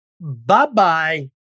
bye-bye